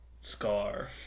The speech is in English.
Scar